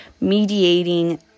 mediating